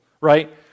right